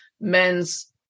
men's